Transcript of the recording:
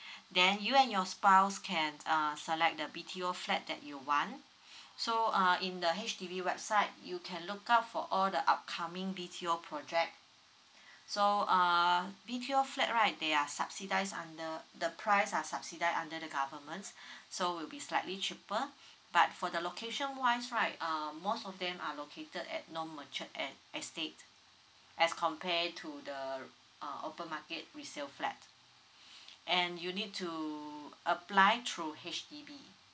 then you and your spouse can uh select the B_T_O flat that you want so uh in the H_D_B website you can look out for all the upcoming B_T_O project so uh B_T_O flat right they are subsidize under the price are subsidized under the government so will be slightly cheaper but for the location wise right um most of them are located at non mature es~ estate as compare to the uh open market resale flat and you need to apply through H_D_B